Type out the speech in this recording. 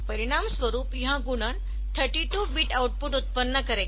परिणामस्वरूप यह गुणन 32 बिट आउटपुट उत्पन्न करेगा